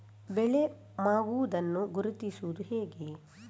ಬೆಳೆ ಮಾಗುವುದನ್ನು ಗುರುತಿಸುವುದು ಹೇಗೆ?